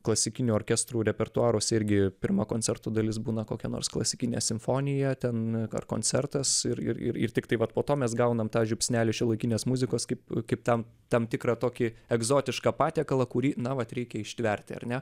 klasikinių orkestrų repertuaruose irgi pirma koncerto dalis būna kokia nors klasikinė simfonija ten ar koncertas ir ir ir tiktai vat po to mes gaunam tą žiupsnelį šiuolaikinės muzikos kaip kaip ten tam tikrą tokį egzotišką patiekalą kurį na vat reikia ištverti ar ne